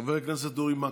חבר הכנסת אורי מקלב.